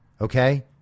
Okay